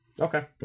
okay